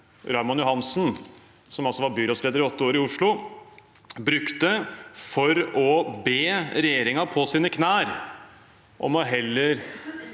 Raymond Johansen, som altså var byrådsleder i Oslo i åtte år, brukte for å be regjeringen på sine knær om å stenge